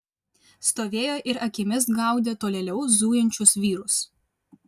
stovėjo ir akimis gaudė tolėliau zujančius vyrus